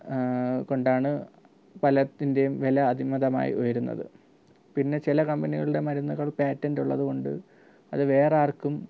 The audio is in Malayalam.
കൊണ്ടാണ് പലതിൻറ്റെയും വില അതിമിതമായി ഉയരുന്നത് പിന്നെ ചില കമ്പനികളുടെ മരുന്നുകൾ പേറ്റൻറ്റ് ഉള്ളതുകൊണ്ട് അത് വേറെ ആർക്കും